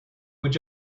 would